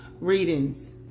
readings